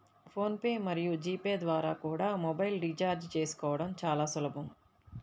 phone pay మరియు G pay ద్వారా కూడా మొబైల్ రీఛార్జి చేసుకోవడం చాలా సులభం